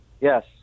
Yes